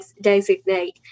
designate